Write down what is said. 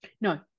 No